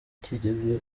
kigeze